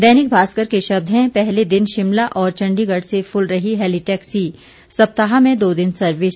दैनिक भास्कर के शब्द हैं पहले दिन शिमला और चंडीगढ़ से फूल रही हेली टैक्सी सप्ताह में दो दिन सर्विस